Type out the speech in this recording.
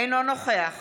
אינו נוכח